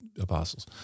apostles